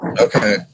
Okay